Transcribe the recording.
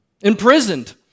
Imprisoned